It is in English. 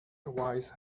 wise